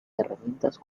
herramientas